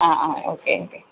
അ അ okay okay